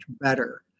better